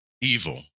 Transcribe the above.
evil